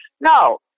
no